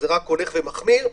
זה רק הולך ומחמיר,